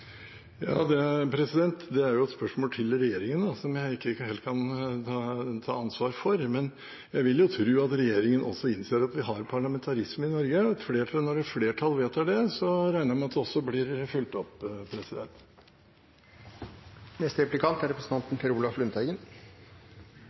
Det er et spørsmål til regjeringen, som jeg ikke helt kan ta ansvar for. Men jeg vil tro at regjeringen også innser at vi har parlamentarisme i Norge, og når et flertall vedtar det, regner jeg med at det også blir fulgt opp. Det at jord og skog er